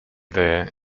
there